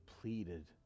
pleaded